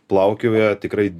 plaukioja tikrai